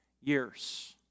years